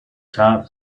top